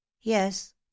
Yes